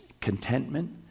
contentment